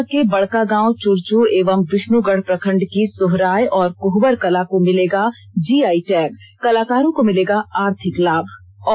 हजारीबाग के बड़कागांव चुरचू एवं विष्णुगढ़ प्रखंड की सोहराय और कोहबर कला को मिलेगा जीआई टैग कलाकारों को मिलेगा आर्थिक लाभ